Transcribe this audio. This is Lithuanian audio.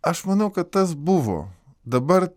aš manau kad tas buvo dabar